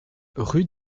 rue